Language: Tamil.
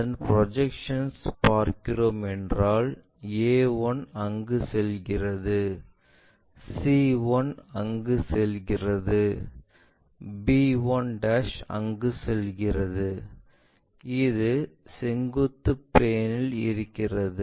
அதன் ப்ரொஜெக்ஷன்ஸ் பார்க்கிறோம் என்றால் a1 அங்கு செல்கிறது c1 அங்கு செல்கிறது b1அங்கு செல்கிறது இது செங்குத்து பிளேன் இல் இருக்கிறது